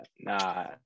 Nah